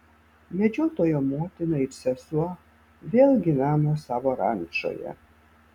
medžiotojo motina ir sesuo vėl gyveno savo rančoje